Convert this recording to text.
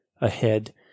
ahead